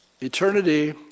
Eternity